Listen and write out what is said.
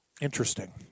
Interesting